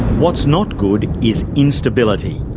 what's not good is instability,